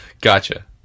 Gotcha